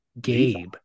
Gabe